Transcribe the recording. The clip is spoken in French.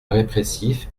répressif